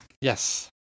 Yes